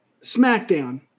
smackdown